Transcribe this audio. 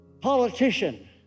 politician